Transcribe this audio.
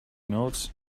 nerds